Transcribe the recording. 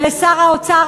ולשר האוצר,